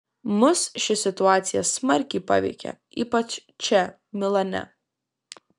mus ši situacija smarkiai paveikė ypač čia milane